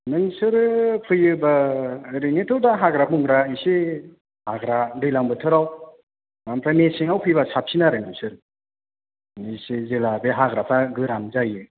नोंसोरो फैयोबा ओरैनोथ' दा हाग्रा बंग्रा इसे हाग्रा दैलां बोथोराव ओमफ्राय मेसेङाव फैबा साबफिन आरो नोंसोर इसे जेब्ला बे हाग्राफ्रा गोरान जायो